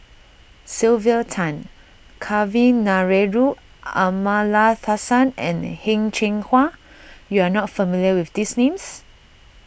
Sylvia Tan Kavignareru Amallathasan and Heng Cheng Hwa you are not familiar with these names